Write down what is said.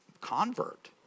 convert